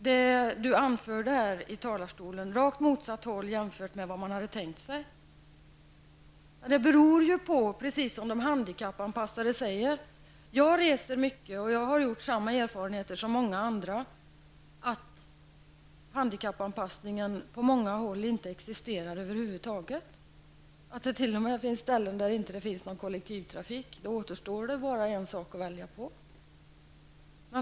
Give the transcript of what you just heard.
Jarl Lander anförde i talarstolen att utvecklingen gått åt rakt motsatt håll mot vad man hade tänkt sig. Jag reser mycket och jag har haft samma erfarenheter som många andra att handikappanpassningen på många håll inte existerat över huvud taget, att det t.o.m. finns ställen som inte har någon kollektivtrafik. Då återstår bara en sak att välja på.